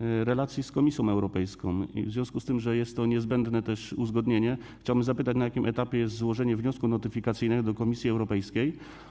relacji z Komisją Europejską i w związku z tym, że jest to niezbędne uzgodnienie, chciałbym się dowiedzieć, na jakim etapie jest złożenie wniosku notyfikacyjnego do Komisji Europejskiej.